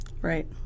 Right